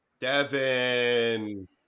Devin